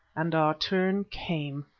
and our turn came.